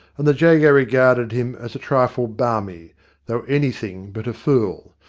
and the jago regarded him as a trifle balmy though anything but a fool.